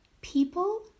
People